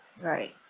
Right